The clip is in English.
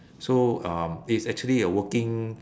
so um it's actually a working